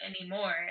anymore